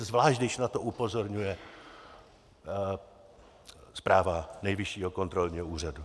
Zvlášť když na to upozorňuje zpráva Nejvyššího kontrolního úřadu.